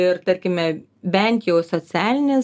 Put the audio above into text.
ir tarkime bent jau socialinis